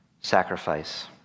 sacrifice